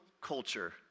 culture